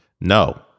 No